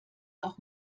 auch